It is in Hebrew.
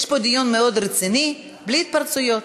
יש פה דיון מאוד רציני, בלי התפרצויות,